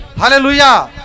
Hallelujah